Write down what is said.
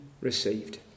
received